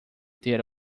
ter